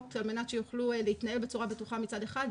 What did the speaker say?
על מנת שיוכלו להתנהל בצורה בטוחה מצד אחד.